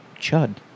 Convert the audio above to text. Chud